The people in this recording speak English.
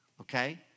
Okay